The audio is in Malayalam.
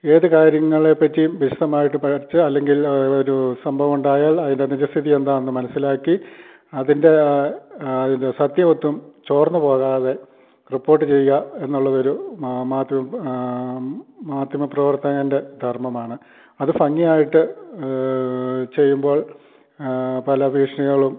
ഏത് കാര്യങ്ങളെപ്പറ്റിയും വിശദമായിട്ട് പഠിച്ച് അല്ലെങ്കിൽ ഒരു സംഭവം ഉണ്ടായാൽ അതിൻ്റെ നിജസ്ഥിതി എന്താന്ന് മനസ്സിലാക്കി അതിൻ്റെ അതിൻ്റെ സത്യവത്തും ചോർന്ന് പോകാതെ റിപ്പോർട്ട് ചെയ്യുക എന്നുള്ളത് ഒരു മാധ്യമ മാധ്യമപ്രവർത്തകൻ്റെ ധർമ്മമാണ് അത് ഭംഗിയായിട്ട് ചെയ്യുമ്പോൾ പല ഭീഷണികളും